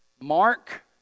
Mark